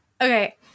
Okay